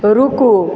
रुकू